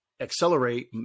accelerate